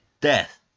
death